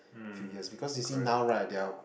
few years because you see now right there are